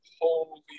holy